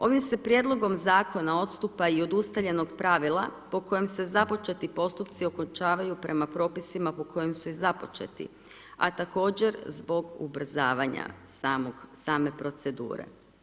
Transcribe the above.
Ovim se prijedlogom zakona odstupa i od ustaljenog pravila po kojem se započeti postupci okončavaju prema propisima po kojim su i započeti, a također zbog ubrzavanja same procedure.